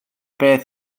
beth